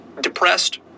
depressed